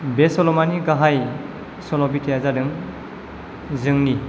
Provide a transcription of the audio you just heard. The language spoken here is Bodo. बे सल'मानि गाहाय सल' बिथाया जादों जोंनि